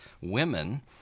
women